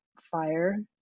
fire